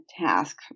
task